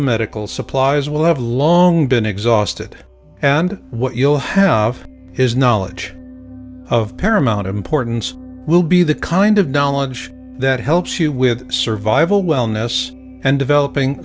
medical supplies will have long been exhausted and what you'll have is knowledge of paramount importance will be the kind of knowledge that helps you with survival wellness and developing